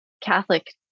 Catholic